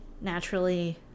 naturally